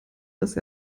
dass